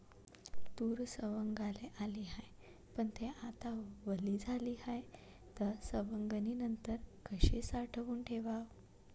तूर सवंगाले आली हाये, पन थे आता वली झाली हाये, त सवंगनीनंतर कशी साठवून ठेवाव?